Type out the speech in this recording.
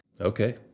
Okay